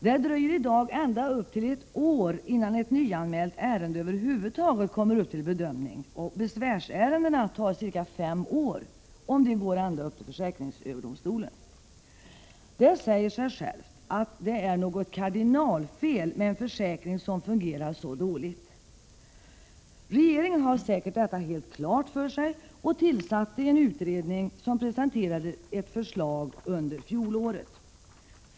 Det dröjer för närvarande upp till ett år innan ett nyanmält ärende över huvud taget kommer upp till bedömning, och besvärsärendena tar ca fem år, om de går ända upp till försäkringsdomstolen. Det säger sig självt, att det är något kardinalfel med en försäkring som fungerar så dåligt! Regeringen har säkert detta helt klart för sig, och den tillsatte en utredning, som presenterade ett förslag under fjolåret.